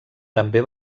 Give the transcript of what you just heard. també